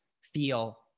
feel